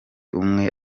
umwe